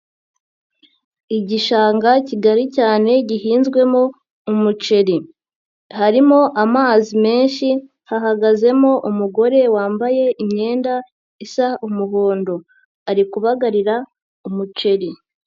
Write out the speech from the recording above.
Igishanga kigari cyane gihinzwemo umuceri. Harimo amazi menshi hahagazemo umugore wambaye imyenda isa umuhondo, ari kubagarira umuceri.